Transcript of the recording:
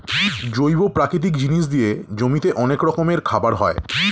জৈব প্রাকৃতিক জিনিস দিয়ে জমিতে অনেক রকমের খাবার হয়